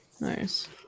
Nice